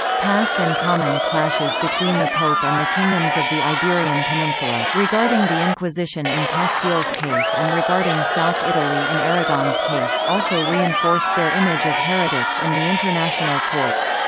past and common clashes between the pope and the kingdoms of the iberian peninsula, regarding the inquisition in castile's case and regarding south italy in aragon's case, case, also reinforced their image of heretics in the international courts.